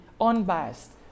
unbiased